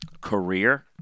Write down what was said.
career